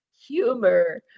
humor